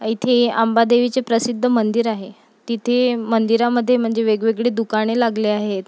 येथे अंबादेवीचे प्रसिद्ध मंदिर आहे तिथे मंदिरामध्ये म्हणजे वेगवेगळी दुकाने लागली आहेत